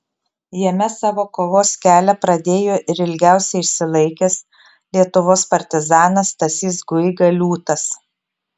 jame savo kovos kelią pradėjo ir ilgiausiai išsilaikęs lietuvos partizanas stasys guiga liūtas